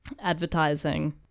advertising